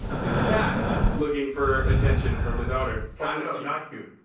this cat. looking for attention from its owner. kind of no not cute.